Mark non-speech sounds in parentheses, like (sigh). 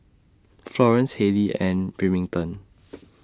Florence Halley and Remington (noise)